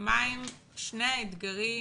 מהם שני האתגרים